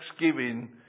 Thanksgiving